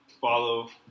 Follow